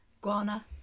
Guana